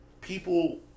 People